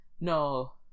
no